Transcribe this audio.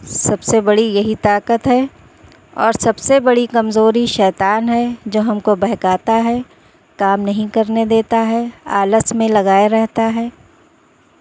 سب سے بڑی یہی طاقت ہے اور سب سے بڑی کمزوری شیطان ہے جو ہم کو بہکاتا ہے کام نہیں کرنے دیتا ہے آلس میں لگائے رہتا ہے